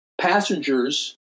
passengers